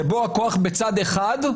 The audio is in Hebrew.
שבה הכוח בצד אחד,